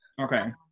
Okay